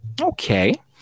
okay